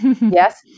yes